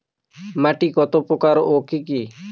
মাটি কতপ্রকার ও কি কী?